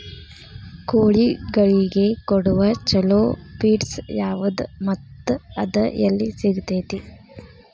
ಕೋಳಿಗಳಿಗೆ ಕೊಡುವ ಛಲೋ ಪಿಡ್ಸ್ ಯಾವದ ಮತ್ತ ಅದ ಎಲ್ಲಿ ಸಿಗತೇತಿ?